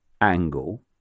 angle